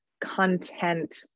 content